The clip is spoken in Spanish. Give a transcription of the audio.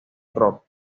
rock